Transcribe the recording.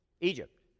Egypt